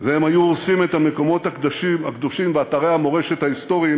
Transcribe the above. והם היו הורסים את המקומות הקדושים ואתרי המורשת ההיסטוריים